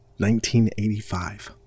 1985